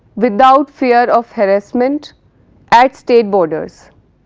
without fear of harassment at state borders.